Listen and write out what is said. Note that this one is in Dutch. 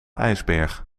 ijsberg